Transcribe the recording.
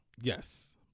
Yes